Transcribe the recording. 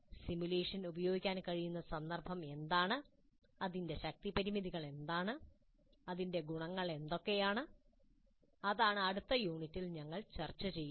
simulation ഉപയോഗിക്കാൻ കഴിയുന്ന സന്ദർഭം എന്താണ് അതിന്റെ ശക്തി പരിമിതികൾ എന്താണ് അതിന്റെ ഗുണങ്ങൾ എന്തൊക്കെയാണ് അതാണ് അടുത്ത യൂണിറ്റിൽ ഞങ്ങൾ ചർച്ച ചെയ്യുന്നത്